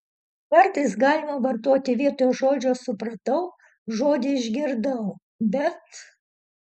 kartais galima vartoti vietoj žodžio supratau žodį išgirdau bet